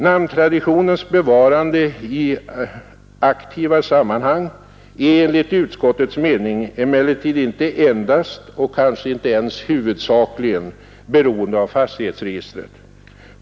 Namntraditionens bevarande i aktiva sammanhang är enligt utskottets mening emellertid inte endast — och kanske inte ens huvudsakligen — beroende av fastighetsregistret.